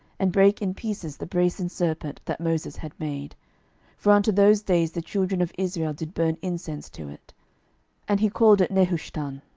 and brake in pieces the brasen serpent that moses had made for unto those days the children of israel did burn incense to it and he called it nehushtan.